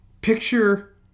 picture